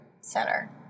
center